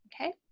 Okay